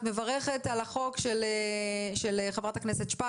את מברכת על הצעת החוק של חברת הכנסת שפק